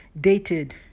Dated